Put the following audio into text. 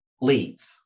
leads